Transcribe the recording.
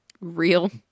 Real